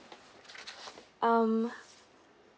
um